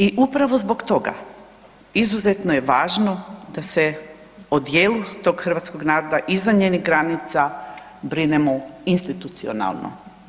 I upravo zbog toga, izuzetno je važno da se od djelu tog hrvatskog naroda, izvan njenih granica brinemo institucionalno.